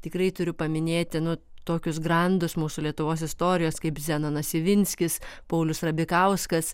tikrai turiu paminėti nu tokius grandus mūsų lietuvos istorijos kaip zenonas ivinskis paulius rabikauskas